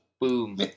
boom